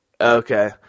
Okay